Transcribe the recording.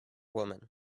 woman